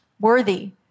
worthy